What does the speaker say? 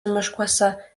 miškuose